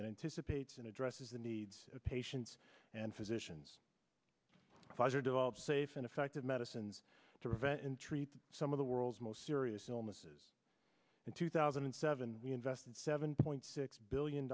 anticipates and addresses the needs of patients and physicians pfizer developed safe and effective medicines to revenge and treat some of the world's most serious illnesses in two thousand and seven we invested seven point six billion